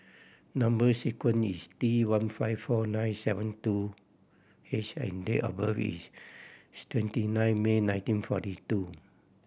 number sequence is T one five four nine seven two H and date of birth is twenty nine May nineteen forty two